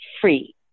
Free